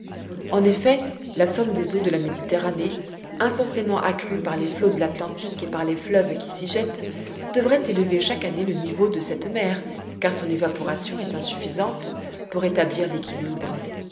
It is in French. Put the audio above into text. en effet la somme des eaux de la méditerranée incessamment accrue par les flots de l'atlantique et par les fleuves qui s'y jettent devrait élever chaque année le niveau de cette mer car son évaporation est insuffisante pour rétablir l'équilibre